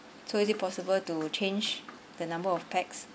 so is it possible to change the number of pax